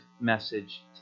message